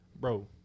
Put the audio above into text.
bro